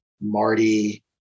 Marty